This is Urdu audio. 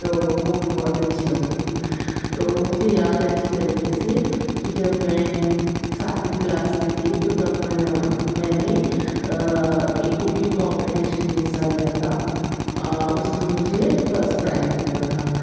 تو وہ بھی بہت اچھی ہوتی تھی تو مجھے یاد ہے اچھی طریقے سے کہ جب میں ساتویں کلاس میں تھی تو تب میں میں نے ایک کوکنگ کامپٹیشن میں حصہ لیا تھا اور اس میں مجھے فسٹ پرائز ملا تھا